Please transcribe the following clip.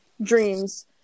dreams